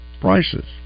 prices